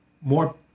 more